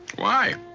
why?